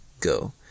Go